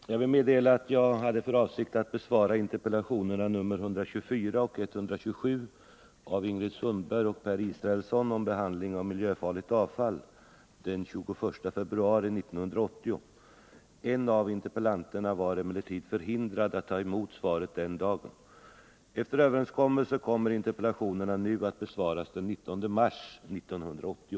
Herr talman! Jag vill meddela att jag hade för avsikt att besvara interpellationerna nr 124 och 127 av Ingrid Sundberg och Per Israelsson om behandling av miljöfarligt avfall den 21 februari 1980. En av interpellanterna var emellertid förhindrad att ta emot svaret den dagen. Efter överenskommelse kommer interpellationerna nu att besvaras den 19 mars 1980.